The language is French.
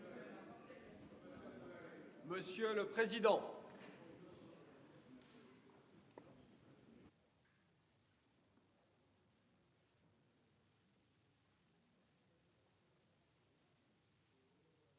Monsieur le président,